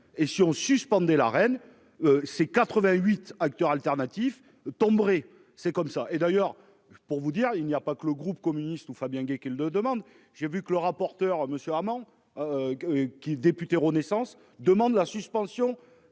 et si on suspendait la reine. Ces 88 acteurs alternatifs tomberez c'est comme ça et d'ailleurs pour vous dire, il n'y a pas que le groupe communiste Fabien Gay, qu'il ne demande j'ai vu que le rapporteur Monsieur Armand. Qui député Renaissance demande la suspension